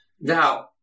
Now